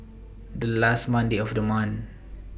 The last Monday of The month